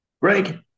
Greg